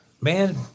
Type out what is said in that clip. man